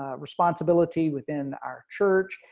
ah responsibility within our church,